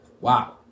Wow